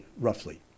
roughly